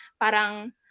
parang